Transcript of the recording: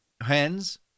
hens